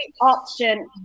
option